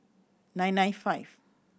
nine nine five